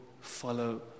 follow